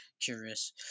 curious